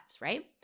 Right